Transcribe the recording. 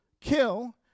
kill